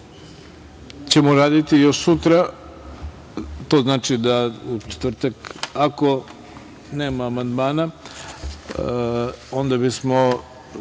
ćemo raditi još sutra, to znači da u četvrtak ako nema amandmana, onda bismo